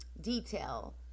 detail